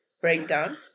breakdown